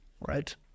right